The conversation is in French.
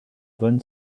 von